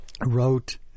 wrote